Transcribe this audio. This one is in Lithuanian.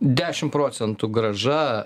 dešimt procentų grąža